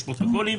יש פרוטוקולים,